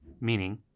Meaning